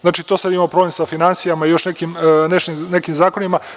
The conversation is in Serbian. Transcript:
Znači, sada imamo problem sa finansijama i još nekim zakonima.